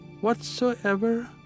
Whatsoever